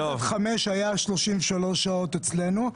1 עד 5 היה 33 שעות אצלנו.